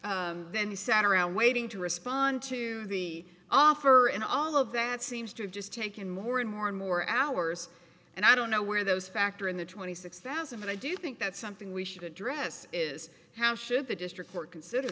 then we sat around waiting to respond to the offer and all of that seems to have just taken more and more and more hours and i don't know where those factor in the twenty six thousand but i do think that's something we should address is how should the district court consider